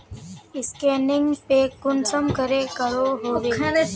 Scanning पे कुंसम करे करो होबे?